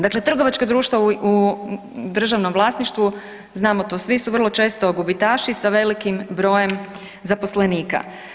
Dakle, trgovačka društva u državnom vlasništvu znamo to svi su vrlo često gubitaši sa velikim brojem zaposlenika.